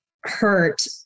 hurt